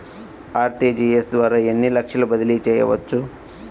RTGS ద్వారా ఎన్ని లక్షలు బదిలీ చేయవచ్చు?